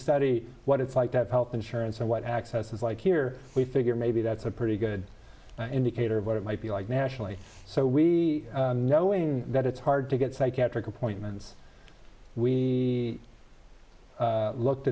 study what it's like that health insurance and what access is like here we figure maybe that's a pretty good indicator of what it might be like nationally so we knowing that it's hard to get psychiatric appointments we looked